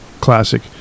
Classic